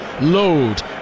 Load